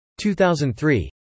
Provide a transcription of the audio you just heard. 2003